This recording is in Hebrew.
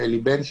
לאלי בן שם,